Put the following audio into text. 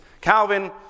Calvin